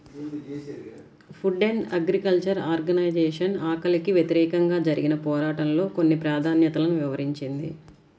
food and Agriculture Organization ఆకలికి వ్యతిరేకంగా జరిగిన పోరాటంలో కొన్ని ప్రాధాన్యతలను వివరించింది